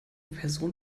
person